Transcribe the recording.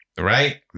Right